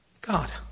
God